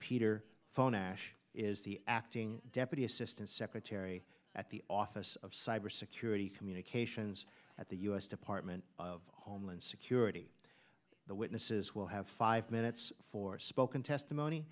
ash is the acting deputy assistant secretary at the office of cyber security communications at the u s department of homeland security the witnesses will have five minutes for spoken testimony